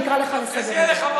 לצערי,